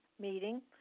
meeting